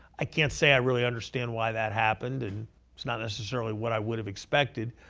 i can't say i really understand why that happened. and it's not necessarily what i would have expected.